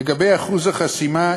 לגבי אחוז החסימה,